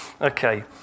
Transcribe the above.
Okay